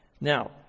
Now